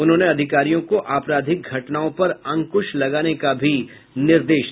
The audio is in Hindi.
उन्होंने अधिकारियों को आपराधिक घटनाओं पर अंकुश लगाने का भी निर्देश दिया